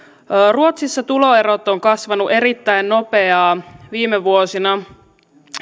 ruotsissa tuloerot ovat kasvaneet erittäin nopeasti viime vuosina